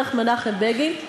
דרך מנחם בגין,